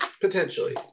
Potentially